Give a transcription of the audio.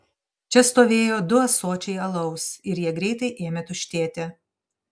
čia stovėjo du ąsočiai alaus ir jie greitai ėmė tuštėti